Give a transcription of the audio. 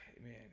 man